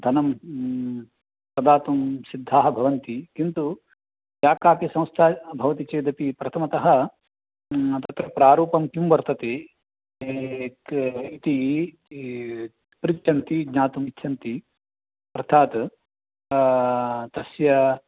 धनं प्रदातुं सिद्धाः भवन्ति किन्तु या कापि संस्था भवति चेदपि प्रथमतः तत्र प्रारूपं किं वर्तते इति पृच्छन्ति ज्ञातुमिच्छन्ति अर्थात् तस्य